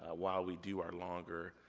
ah while we do our longer,